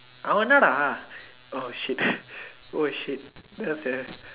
I wonder lah oh shit oh shit that was a